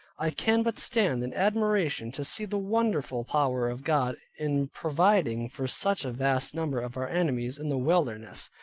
i can but stand in admiration to see the wonderful power of god in providing for such a vast number of our enemies in the wilderness,